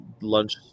lunch